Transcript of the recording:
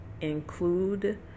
include